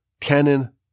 canon